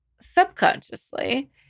subconsciously